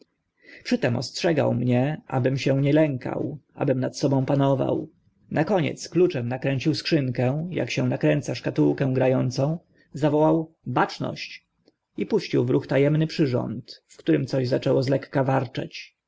tym ostrzegał mnie abym się nie lękał abym nad sobą panował na koniec kluczem nakręcił skrzynkę ak się nakręca szkatułki gra ące zawołał baczność i puścił w ruch ta emny przyrząd w którym coś zaczęło z lekka warczeć